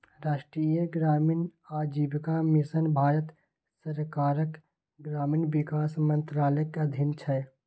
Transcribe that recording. राष्ट्रीय ग्रामीण आजीविका मिशन भारत सरकारक ग्रामीण विकास मंत्रालयक अधीन छै